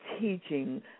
teaching